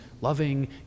loving